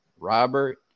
Robert